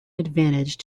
advantage